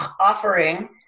offering